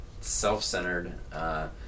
self-centered